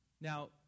Now